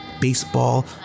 baseball